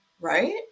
right